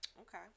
Okay